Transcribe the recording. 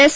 S